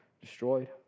destroyed